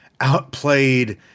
outplayed